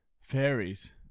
fairies